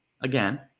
again